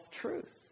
truth